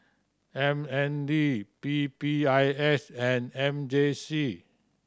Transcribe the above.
M N D P P I S and M J C